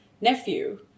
nephew